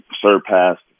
surpassed